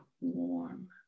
warm